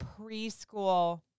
preschool